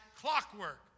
clockwork